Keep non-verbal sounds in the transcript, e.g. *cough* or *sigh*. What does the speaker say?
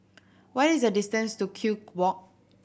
what is the distance to Kew *unintelligible* Walk